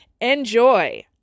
Enjoy